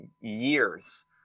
years